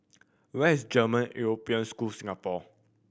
where is German European School Singapore